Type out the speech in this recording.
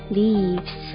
leaves